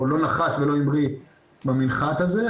או לא נחת ולא המריא במנחת הזה,